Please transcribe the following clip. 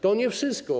To nie wszystko.